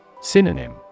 Synonym